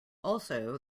also